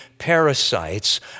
Parasites